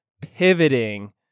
pivoting